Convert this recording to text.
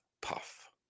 puff